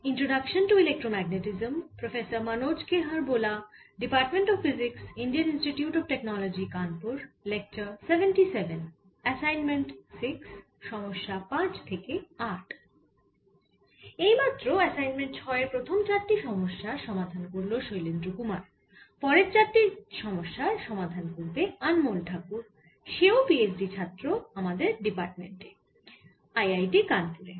এই মাত্র অ্যাসাইনমেন্ট 6 এর প্রথম চারটি সমস্যার সমাধান করল শৈলেন্দ্র কুমার পরের চারটি সমস্যার সমাধান করবে অনমোল ঠাকুর সেও PhD ছাত্র আমাদের ডিপার্ট্মেন্টে IIT কানপুরে